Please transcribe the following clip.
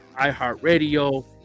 iHeartRadio